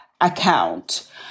account